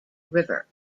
river